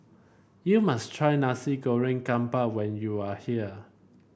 you must try Nasi Goreng Kampung when you are here